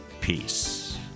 peace